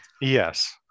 Yes